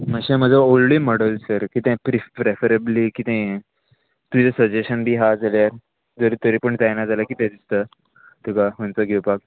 मातशें म्हजो ओल्डूय मॉडल सर कितें प्रिफ प्रेफरेबली कितें तुजें सजेशन बी आहा जाल्यार जर तरी पूण जायना जाल्यार कितें दिसता तुका खंयचो घेवपाक